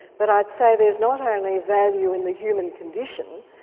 but i'd say there's not only value in the human condition,